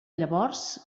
llavors